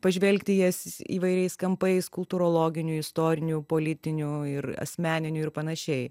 pažvelgti į jas įvairiais kampais kultūrologiniu istoriniu politiniu ir asmeniniu ir panašiai